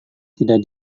tidak